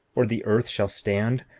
or the earth shall stand,